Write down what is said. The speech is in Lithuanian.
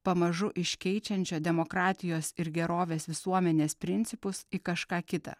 pamažu iškeičiančią demokratijos ir gerovės visuomenės principus į kažką kitą